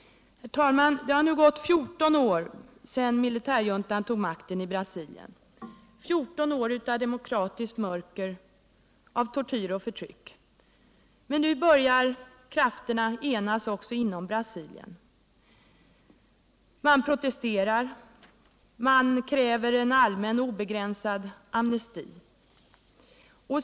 Herr talman! Det har nu gått 14 år sedan militärjuntan tog makten i Brasilien — 14 år av demokratiskt mörker, tortyr och förtryck. Men nu börjar krafterna enas också inom Brasilien. Man protesterar, man kräver en allmän, obegränsad amnesti.